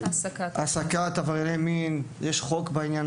כפי שאתה יודע, יושב הראש, אנחנו אפילו בודקים